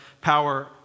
power